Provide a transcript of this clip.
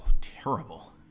terrible